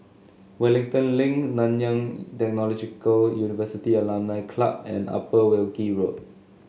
Wellington Link Nanyang Technological University Alumni Club and Upper Wilkie Road